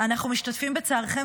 אנחנו משתתפים בצערכם,